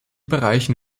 bereichen